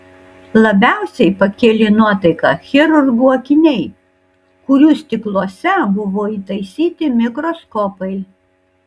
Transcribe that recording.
labiausiai pakėlė nuotaiką chirurgų akiniai kurių stikluose buvo įtaisyti mikroskopai